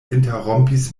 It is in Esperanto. interrompis